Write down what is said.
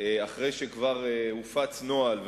אחרי שכבר הופץ נוהל,